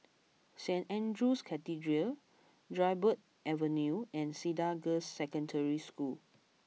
Saint Andrew's Cathedral Dryburgh Avenue and Cedar Girls' Secondary School